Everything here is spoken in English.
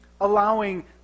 allowing